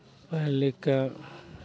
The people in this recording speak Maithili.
पढ़ि लिखि कऽ